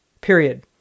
period